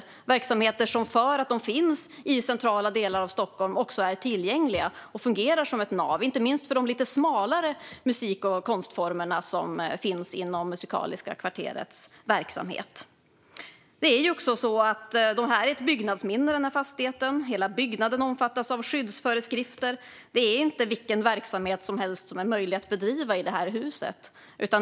De verksamheter som finns i centrala delar av Stockholm är också tillgängliga och fungerar som ett nav, inte minst för de lite smalare musik och konstformerna inom Musikaliska Kvarterets verksamhet. Fastigheten är ett byggnadsminne, och hela byggnaden omfattas av skyddsföreskrifter. Det är inte möjligt att bedriva vilken verksamhet som helst i huset.